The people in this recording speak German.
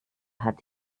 hat